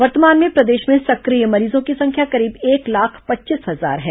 वर्तमान में प्रदेश में सक्रिय मरीजों की संख्या करीब एक लाख पच्चीस हजार है